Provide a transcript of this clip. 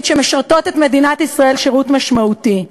שמשרתות את מדינת ישראל שירות משמעותי.